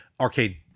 Arcade